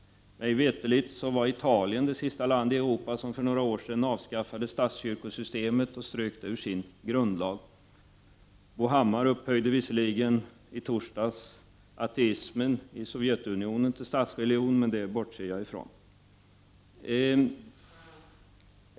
Mig veterligt var Italien det sista land i Europa som för några år sedan avskaffade statskyrkosystemet och strök det ur sin grundlag. Bo Hammar upphöjde visserligen i torsdags ateismen i Sovjetunionen till statsreligion, men det bortser jag ifrån.